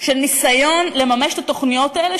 של ניסיון לממש את התוכניות האלה,